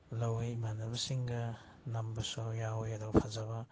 ꯂꯧꯏ ꯏꯃꯥꯟꯅꯕꯁꯤꯡꯒ ꯅꯝꯕꯁꯨ ꯌꯥꯎꯏ ꯑꯗꯨ ꯐꯖꯕ